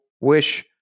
wish